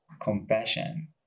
compassion